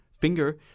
finger